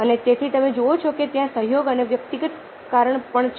અને તેથી તમે જુઓ છો કે ત્યાં સહયોગ અને વ્યક્તિગત કારણ પણ છે